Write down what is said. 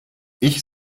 ich